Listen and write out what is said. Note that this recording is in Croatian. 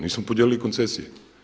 Nismo podijelili koncesije?